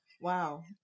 Wow